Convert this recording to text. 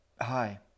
Hi